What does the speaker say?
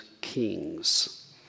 Kings